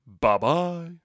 Bye-bye